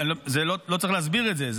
לא צריך להסביר את זה,